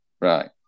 Right